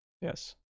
Yes